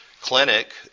clinic